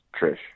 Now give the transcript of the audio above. Trish